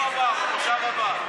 במושב הבא.